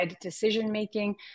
decision-making